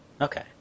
Okay